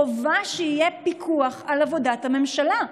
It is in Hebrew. חובה שיהיה פיקוח על עבודת הממשלה,